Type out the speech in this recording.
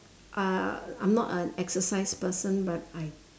uh I'm not an exercise person but I